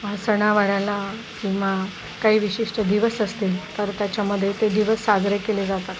सणावाराला किंवा काही विशिष्ट दिवस असतील तर त्याच्यामध्ये ते दिवस साजरे केले जातात